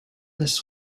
this